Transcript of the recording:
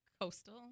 coastal